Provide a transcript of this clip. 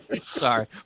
Sorry